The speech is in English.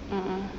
mmhmm